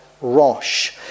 Rosh